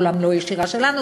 אומנם לא ישירה שלנו,